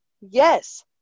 Yes